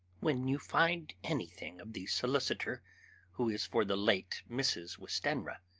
when you find anything of the solicitor who is for the late mrs. westenra,